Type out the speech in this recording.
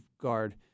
guard